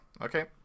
Okay